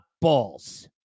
balls